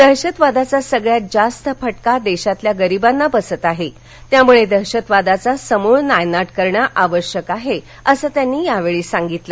दहशतवादाचा सगळ्यात जास्त फटका देशातल्या गरिबांना बसतो आहे त्यामुळे दहशतवादाचा समूळ नायनाट करणं आवश्यक आहे असं त्यांनी यावेळी सांगितलं